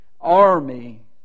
army